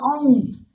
own